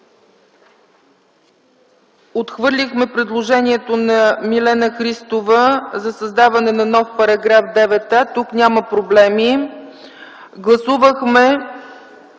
Отхвърлихме предложението на Милена Христова за създаване на нов § 9а – тук няма проблеми. Гласувахме